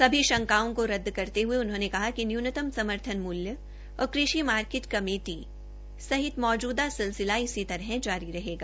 सभी शंकाओं को रद्द करते हये उन्होंने कहा कि न्यूनतम समर्थन मूल्य और कृषि मार्किट कमेटी सहित मौजूदा सिलसिला इसी तरह जारी रहेगा